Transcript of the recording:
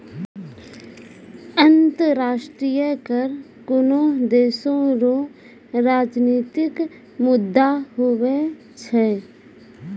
अंतर्राष्ट्रीय कर कोनोह देसो रो राजनितिक मुद्दा हुवै छै